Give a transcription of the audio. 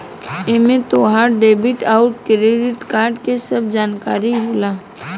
एमे तहार डेबिट अउर क्रेडित कार्ड के सब जानकारी होला